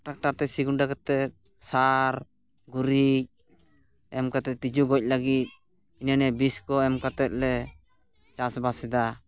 ᱴᱨᱟᱠᱴᱟᱨᱛᱮ ᱥᱤ ᱜᱩᱸᱰᱟᱹ ᱠᱟᱛᱮᱫ ᱥᱟᱨ ᱜᱩᱨᱤᱡ ᱮᱢ ᱠᱟᱛᱮᱫ ᱛᱤᱡᱩ ᱜᱚᱡ ᱞᱟᱹᱜᱤᱫ ᱦᱤᱱᱟᱹᱱᱤᱭᱟᱹ ᱵᱤᱥᱠᱚ ᱮᱢ ᱠᱟᱛᱮᱫᱞᱮ ᱪᱟᱥᱵᱟᱥ ᱮᱫᱟ